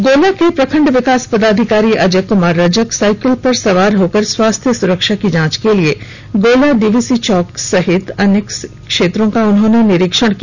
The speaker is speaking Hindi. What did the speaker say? गोला के प्रखंड विकास पदाधिकारी अजय क्मार रजक साइकल पर सवार होकर स्वास्थ्य सुरक्षा की जांच के लिए गोला डीवीसी चौक सहित अन्य क्षेत्रों का निरीक्षण किया